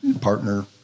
partner